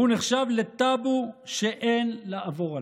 והוא נחשב לטאבו שאין לעבור עליו.